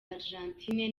argentine